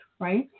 right